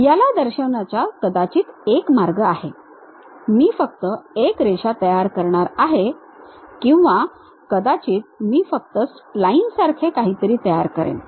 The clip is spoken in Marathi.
याला दर्शविण्याचा कदाचित एक मार्ग आहे मी फक्त एका रेषा तयार करणार आहे किंवा कदाचित मी फक्त स्प्लाइन सारखे काहीतरी तयार करेन